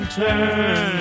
turn